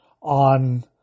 on